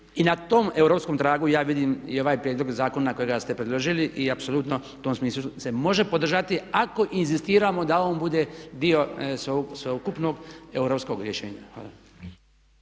i na tom europskom tragu ja vidim i ovaj prijedlog zakona kojega ste predložili i apsolutno u tom smislu se može podržati ako inzistiramo da on bude dio sveukupnog europskog rješenja.